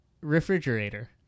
refrigerator